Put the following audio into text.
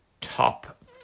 Top